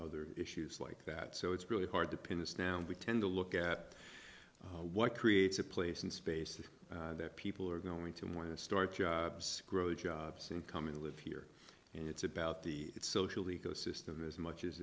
other issues like that so it's really hard to pin this down we tend to look at what creates a place in space that people are going to want to start jobs grow jobs in coming to live here and it's about the social ecosystem as much as